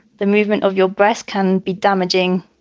the movement of your breast can be damaging.